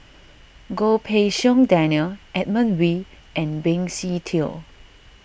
Goh Pei Siong Daniel Edmund Wee and Benny Se Teo